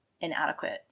inadequate